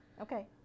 Okay